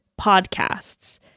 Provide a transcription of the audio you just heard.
podcasts